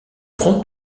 prends